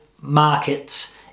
markets